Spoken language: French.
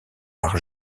par